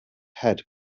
head